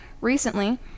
recently